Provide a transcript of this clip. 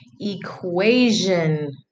equation